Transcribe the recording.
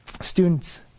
students